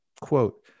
Quote